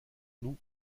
nous